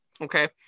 Okay